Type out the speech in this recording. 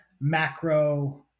macro